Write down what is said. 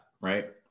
right